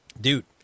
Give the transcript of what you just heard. dude